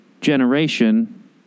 generation